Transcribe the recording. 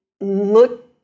look